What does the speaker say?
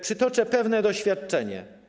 Przytoczę pewne doświadczenie.